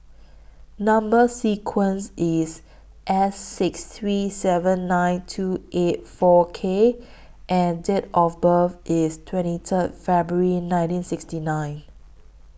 Number sequence IS S six three seven nine two eight four K and Date of birth IS twenty Third February nineteen sixty nine